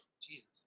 Jesus